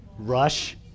Rush